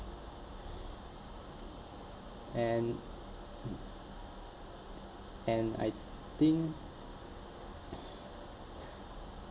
and and I think